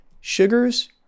Sugars